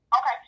Okay